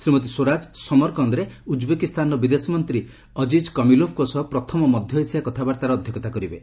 ଶ୍ରୀମତୀ ସ୍ୱରାଜ ସମରକନ୍ଦରେ ଉଜ୍ବେକିସ୍ଥାନର ବିଦେଶ ମନ୍ତ୍ରୀ ଅଜିଜ୍ କମିଲୋଫଙ୍କ ସହ ପ୍ରଥମ ମଧ୍ୟ ଏସିଆ କଥାବାର୍ତ୍ତାରେ ଅଧ୍ୟକ୍ଷତା କରିବେ